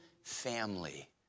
family